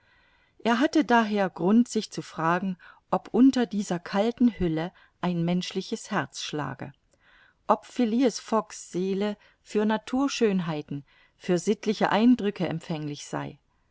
er hatte daher grund sich zu fragen ob unter dieser kalten hülle ein menschliches herz schlage ob phileas fogg's seele für naturschönheiten für sittliche eindrücke empfänglich sei